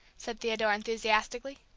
said theodore, enthusiastically.